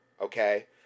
okay